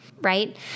right